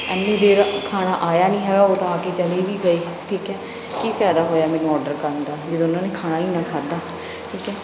ਇੰਨੀ ਦੇਰ ਖਾਣਾ ਆਇਆ ਨਹੀਂ ਹੈਗਾ ਉਹ ਤਾਂ ਆ ਕੇ ਚਲੇ ਵੀ ਗਏ ਠੀਕ ਹੈ ਕੀ ਫ਼ਾਇਦਾ ਹੋਇਆ ਮੈਨੂੰ ਔਡਰ ਕਰਨ ਦਾ ਜਦੋਂ ਉਹਨਾਂ ਨੇ ਖਾਣਾ ਹੀ ਨਾ ਖਾਦਾ ਠੀਕ ਹੈ